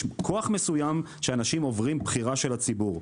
יש כוח מסוים שאנשים עוברים בחירה של הציבור,